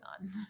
on